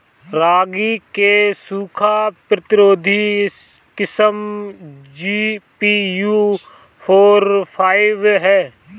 रागी क सूखा प्रतिरोधी किस्म जी.पी.यू फोर फाइव ह?